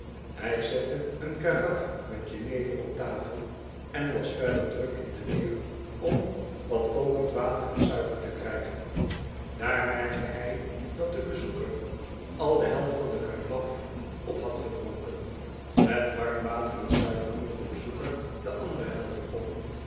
hij zette een karaf met jenever op tafel en was verder druk in de weer om wat kokend water en suiker te krijgen daar merkte hij dat de bezoeker al de helft van de karaf op had gedronken met warm water en suiker dronk de bezoeker de andere helft op